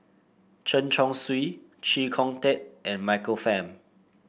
Chen Chong Swee Chee Kong Tet and Michael Fam